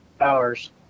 hours